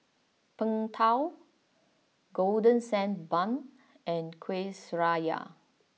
Png Tao golden sand Bun and Kuih Syara